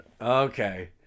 Okay